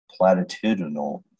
platitudinal